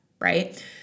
right